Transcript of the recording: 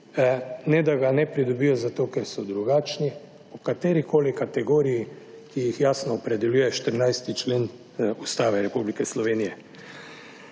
ne da ga ne pridobijo zato, ker so drugačni, v katerikoli kategoriji, ki jih jasno opredeljuje 14. člen Ustave Republike Slovenije.